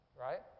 right